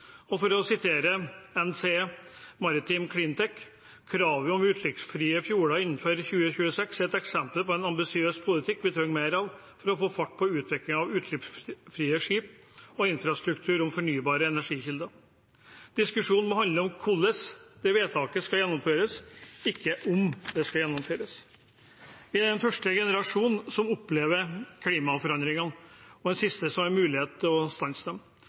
For å sitere NCE Maritime CleanTech: «Kravet om utsleppsfrie fjordar innan 2026 er eit døme på ein ambisiøs politikk me treng meir av for å få fart på utviklinga av utsleppsfrie skip og infrastruktur for fornybare energikjelder.» Diskusjonen må handle om hvordan det vedtaket skal gjennomføres, ikke om det skal gjennomføres. Vi er den første generasjonen som opplever klimaforandringene, og den siste som har mulighet til å stanse dem.